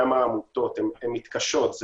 גם העמותות מתקשות.